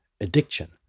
addiction